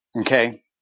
Okay